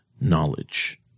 knowledge